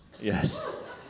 Yes